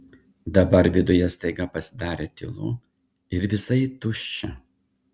dabar viduj staiga pasidarė tylu ir visai tuščia